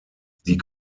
die